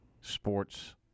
sports